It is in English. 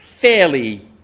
fairly